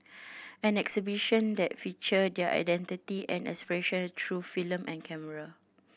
an exhibition that feature their identity and aspiration through film and camera